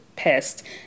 pissed